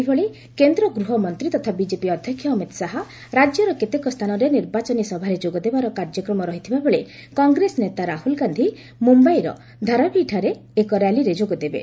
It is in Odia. ସେହିଭଳି କେନ୍ଦ୍ର ଗୃହମନ୍ତ୍ରୀ ତଥା ବିଜେପି ଅଧ୍ୟକ୍ଷ ଅମିତ ଶାହା ରାଜ୍ୟର କେତେକ ସ୍ଥାନରେ ନିର୍ବାଚନୀ ସଭାରେ ଯୋଗଦେବାର କାର୍ଯ୍ୟକ୍ରମ ରହିଥିବା ବେଳେ କଂଗ୍ରେସ ନେତା ରାହୁଳ ଗାନ୍ଧୀ ମୁମ୍ଭାଇର ଧାରାଭିଠାରେ ଏକ ର୍ୟାଲିରେ ଯୋଗଦେବେ